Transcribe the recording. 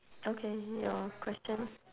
okay your question